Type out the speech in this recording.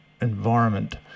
environment